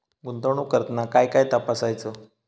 गुंतवणूक करताना काय काय तपासायच?